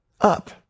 up